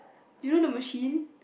do you know machine